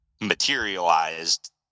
materialized